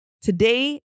today